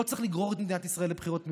לא צריך לגרור את מדינת ישראל לבחירות מיותרות.